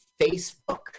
Facebook